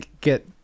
get